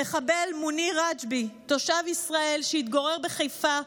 המחבל מוניר רג'בי, תושב ישראל שהתגורר בחיפה,